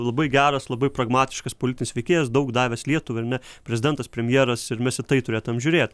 labai geras labai pragmatiškas politinis veikėjas daug davęs lietuvai ar ne prezidentas premjeras ir mes į tai turėtumėm žiūrėt